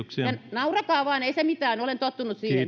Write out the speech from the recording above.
naurakaa vain ei se mitään olen tottunut siihen